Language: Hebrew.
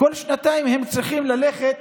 כל שנתיים הם צריכים ללכת